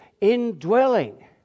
indwelling